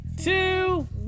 two